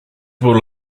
will